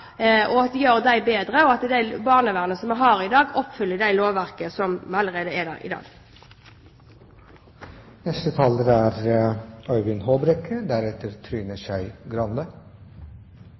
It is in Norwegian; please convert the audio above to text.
ser på de ordningene vi har i dag, at vi gjør dem bedre, og at det barnevernet som vi har i dag, oppfyller det lovverket som allerede er der.